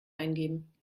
eingeben